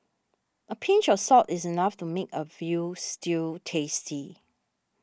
a pinch of salt is enough to make a Veal Stew tasty